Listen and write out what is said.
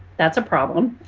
that's a problem.